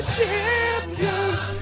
champions